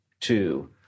two